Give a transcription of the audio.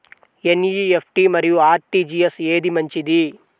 NEFT మరియు RTGS ఏది మంచిది?